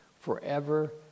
forever